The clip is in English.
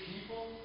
people